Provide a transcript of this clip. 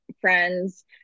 friends